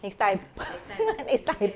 next time next time